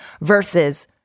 versus